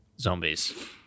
zombies